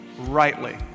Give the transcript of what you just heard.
rightly